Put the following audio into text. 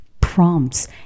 prompts